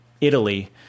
Italy